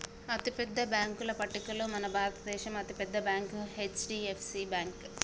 అతిపెద్ద బ్యేంకుల పట్టికలో మన భారతదేశంలో అతి పెద్ద బ్యాంక్ హెచ్.డి.ఎఫ్.సి బ్యేంకు